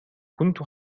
كنت